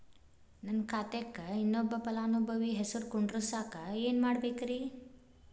ನನ್ನ ಖಾತೆಕ್ ಇನ್ನೊಬ್ಬ ಫಲಾನುಭವಿ ಹೆಸರು ಕುಂಡರಸಾಕ ಏನ್ ಮಾಡ್ಬೇಕ್ರಿ?